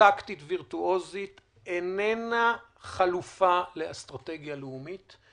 טקטית וירטואוזית איננה חלופה לאסטרטגיה לאומית.